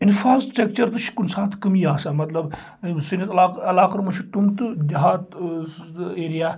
infrastructure تہِ چھُ کُنہِ ساتہٕ کٔمی آسان مطلب سانٮ۪ن عَلاق عَلاقن منٛز چھُ تِم تہِ دہات ایریا